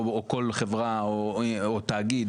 או כל חברה או תאגיד,